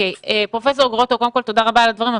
פרופ' גרוטו, תודה רבה על הדברים.